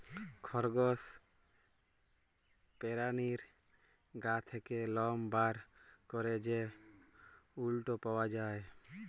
খরগস পেরানীর গা থ্যাকে লম বার ক্যরে যে উলট পাওয়া যায়